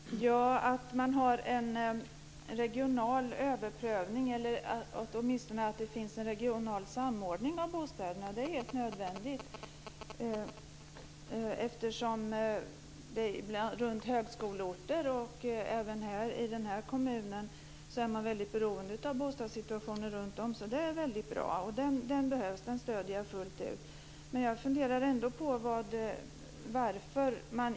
Fru talman! Att det finns möjlighet till regional överprövning eller att det åtminstone sker en regional samordning av bostäderna är helt nödvändigt, eftersom man på högskoleorter och även i den här kommunen är väldigt beroende av hur bostadssituationen ser ut. Det är bra och det stöder jag fullt ut.